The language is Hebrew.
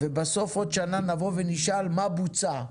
בסוף, עוד שנה, נבוא ונשאל מה בוצע?